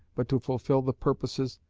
but to fulfil the purposes,